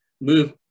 move